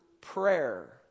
prayer